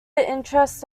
interests